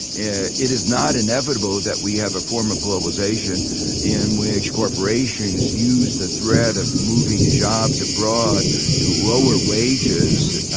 yeah it is not inevitable that we have a form of globalization in which corporations use the threat of moving jobs abroad to lower wages.